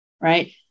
Right